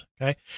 Okay